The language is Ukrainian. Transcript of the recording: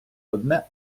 одне